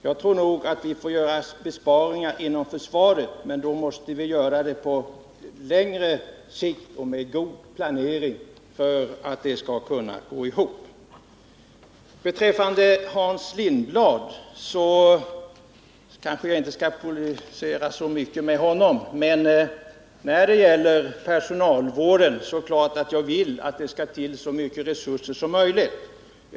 Vi kommer nog att få göra besparingar inom försvaret, men vi måste göra det på längre sikt och med god planering för att det skall kunna gå. Jag skall inte polemisera så mycket mot Hans Lindblad, men när det gäller personalvården är det klart att jag vill att det skall till så mycket resurser som möjligt.